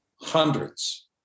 hundreds